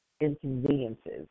inconveniences